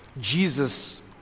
Jesus